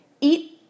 eat